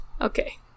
Okay